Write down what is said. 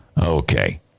Okay